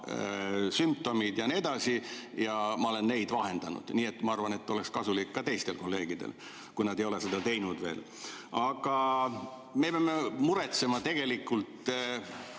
sümptomid jne, ja ma olen neid vahendanud. Nii et ma arvan, et oleks kasulik ka teistel kolleegidel [nii teha], kui nad ei ole seda teinud veel. Aga me peame muretsema tegelikult